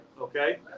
Okay